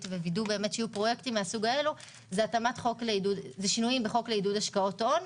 ווידוא שיהיו פרויקטים כאלה זה שינויים בחוק לעידוד השקעות הון,